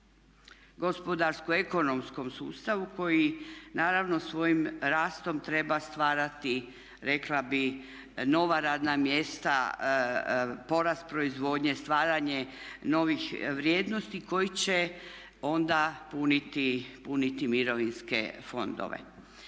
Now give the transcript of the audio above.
gospodarsko-ekonomskom sustavu koji naravno svojim rastom treba stvarati rekla bih nova radna mjesta, porast proizvodnje, stvaranje novih vrijednosti koji će onda puniti mirovinske fondove.